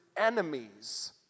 Enemies